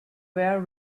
were